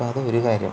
അപ്പോൾ അത് ഒരു കാര്യം